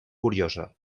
curiosa